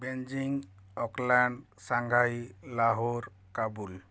Beijing Auckland Shanghai Lahore Kabul